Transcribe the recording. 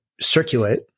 circulate